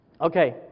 Okay